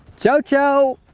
ciao ciao!